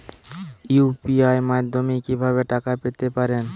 UPI মাধ্যমে কি ভাবে টাকা পেতে পারেন?